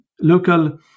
local